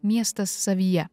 miestas savyje